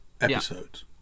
Episodes